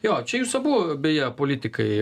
jo čia jūs abu beje politikai